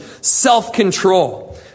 self-control